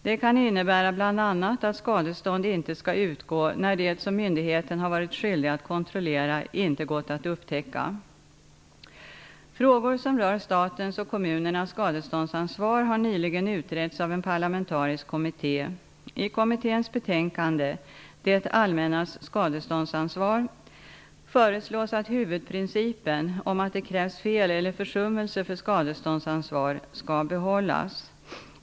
Det kan innebära bl.a. att skadestånd inte skall utgå när det som myndigheten har varit skyldig att kontrollera inte gått att upptäcka. Frågor som rör statens och kommunernas skadeståndsansvar har nyligen utretts av en parlamentarisk kommitté. I kommitténs betänkande Det allmännas skadeståndsansvar, SOU 1993:55, föreslås att huvudprincipen om att det krävs fel eller försummelse för skadeståndsansvar skall behållas.